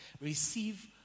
receive